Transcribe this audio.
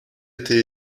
était